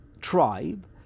tribe